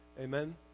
Amen